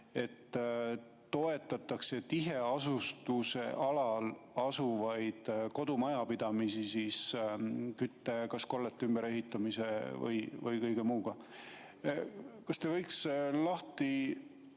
et toetatakse tiheasustusalal asuvaid kodumajapidamisi kas küttekollete ümberehitamise või kõige muuga. Kas te võiksite lahti